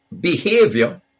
behavior